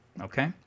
Okay